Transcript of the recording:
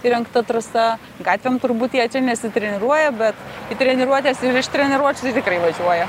įrengta trasa gatvėm turbūt jie nesitreniruoja bet į treniruotes ir iš treniruočių tai tikrai važiuoja